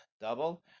double